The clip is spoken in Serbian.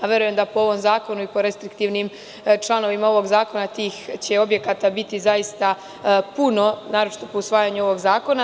Verujem da po ovom zakonu i po restriktivnim članovima ovog zakona tih će objekata biti zaista puno, naročito po usvajanju ovog zakona.